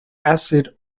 acid